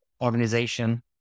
organization